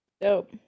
Dope